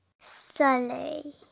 Sully